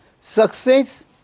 Success